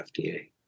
FDA